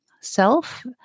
self